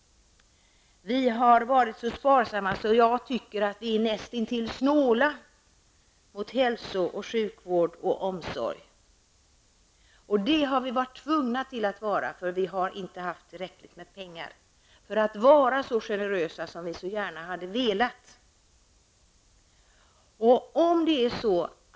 Vi har varit så sparsamma att jag tycker att vi har varit näst intill snåla gentemot hälso och sjukvården och omsorgen. Vi har varit tvungna till det, eftersom vi inte har tillräckligt mycket pengar för att vara så generösa som vi så gärna hade velat vara.